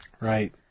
Right